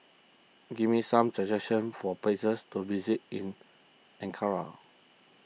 give me some suggestions for places to visit in Ankara